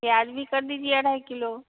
प्याज भी कर दीजिए अढ़ाई किलो